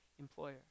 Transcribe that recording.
employer